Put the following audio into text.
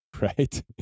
right